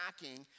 attacking